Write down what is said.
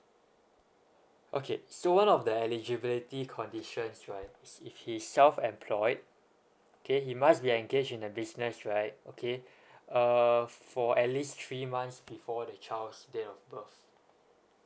okay so one of the eligibility conditions right if he's self employed K he must be engaged in a business right okay err for at least three months before the child's date of birth